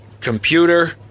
Computer